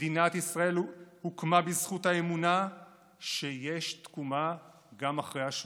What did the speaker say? מדינת ישראל הוקמה בזכות האמונה שיש תקומה גם אחרי השואה,